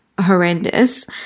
horrendous